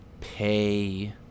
pay